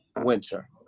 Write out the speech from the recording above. winter